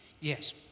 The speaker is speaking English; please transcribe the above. Yes